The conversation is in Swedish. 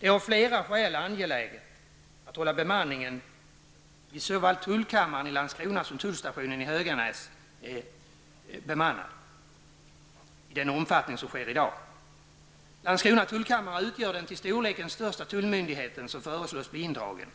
Det är av flera skäl angeläget att hålla såväl tullkammaren i Landskrona som tullstationen i Höganäs bemannad i den utsträckning som sker i dag. Landskrona tullkammare utgör den till storleken största tullmyndighet som föreslås bli indragen.